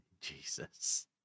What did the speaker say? Jesus